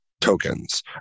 tokens